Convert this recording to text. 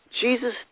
Jesus